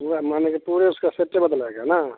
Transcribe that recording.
पूरा मान लीजिए पूरे उसका सेटे बदलाएँगा ना